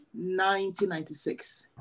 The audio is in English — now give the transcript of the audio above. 1996